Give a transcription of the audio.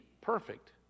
perfect